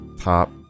Top